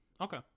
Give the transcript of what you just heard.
Okay